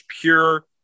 pure